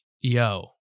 Yo